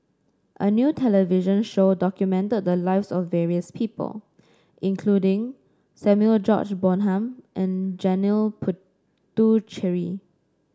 a new television show documented the lives of various people including Samuel George Bonham and Janil Puthucheary